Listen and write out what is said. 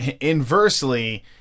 inversely